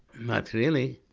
not really,